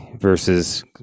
versus